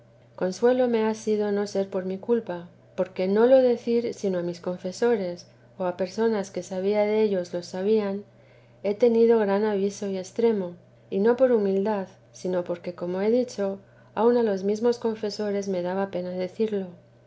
consuelo me ha sido no ser por mi culpa porque en no lo decir sino a mis confesores o a personas que sabía dellos lo sabían he tenido gran aviso y extremo y no por humildad sino porque como he dicho aun a los mesmos confesores me daba pena decirlo